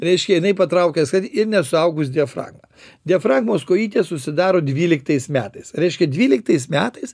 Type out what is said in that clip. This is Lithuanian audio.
reiškia jinai patraukia skrandį ir nesuaugus diafragma diafragmos kojytės susidaro dvyliktais metais reiškia dvyliktais metais